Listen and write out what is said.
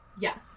yes